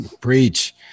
preach